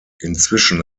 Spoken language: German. inzwischen